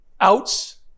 outs